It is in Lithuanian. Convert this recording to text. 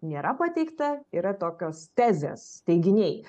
nėra pateikta yra tokios tezės teiginiai